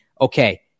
okay